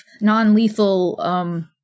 non-lethal